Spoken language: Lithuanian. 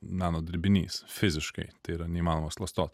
meno dirbinys fiziškai tai yra neįmanoma suklastot